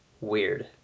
Weird